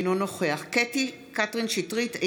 אינו נוכח קטי קטרין שטרית,